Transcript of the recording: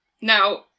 Now